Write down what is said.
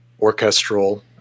orchestral